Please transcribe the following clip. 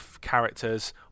characters